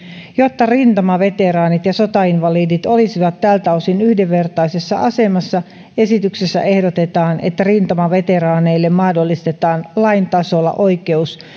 jotta rintamaveteraanit ja sotainvalidit olisivat tältä osin yhdenvertaisessa asemassa esityksessä ehdotetaan että rintamaveteraaneille mahdollistetaan lain tasolla oikeus